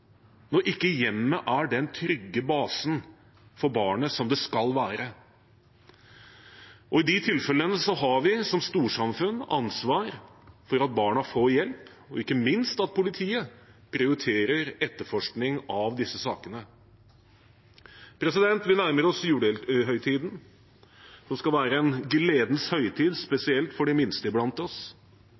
når ikke hjemmet er den trygge basen for barnet som det skal være. I de tilfellene har vi som storsamfunn ansvar for at barna får hjelp, og ikke minst for at politiet prioriterer etterforskning av disse sakene. Vi nærmer oss julehøytiden, som skal være en gledens høytid, spesielt for de minste blant oss,